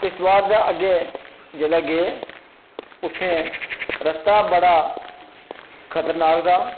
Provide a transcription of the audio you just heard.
किश्तवाड़ दे अग्गें जेल्लै गे उत्थै रस्ता बड़ा खतरनाक था